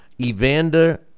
Evander